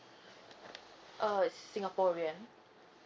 oh he's singaporean